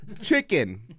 chicken